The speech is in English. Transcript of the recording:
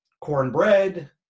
cornbread